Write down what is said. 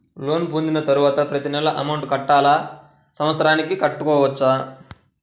Loan పొందిన తరువాత ప్రతి నెల అమౌంట్ కట్టాలా? సంవత్సరానికి కట్టుకోవచ్చా?